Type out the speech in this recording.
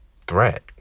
threat